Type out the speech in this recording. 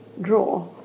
draw